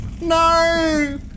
No